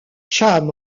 cham